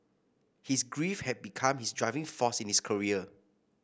his grief had become his driving force in his career